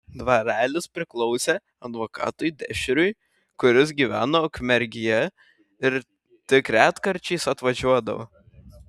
dvarelis priklausė advokatui dešriui kuris gyveno ukmergėje ir tik retkarčiais atvažiuodavo